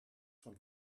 von